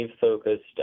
focused